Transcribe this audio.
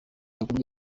hakorwa